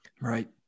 right